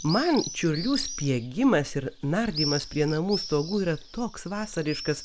man čiurlių spiegimas ir nardymas prie namų stogų yra toks vasariškas